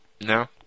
No